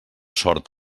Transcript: sort